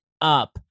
up